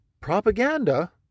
propaganda